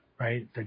Right